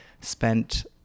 spent